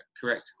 correct